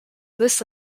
this